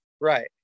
right